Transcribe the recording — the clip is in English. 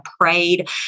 prayed